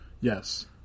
Yes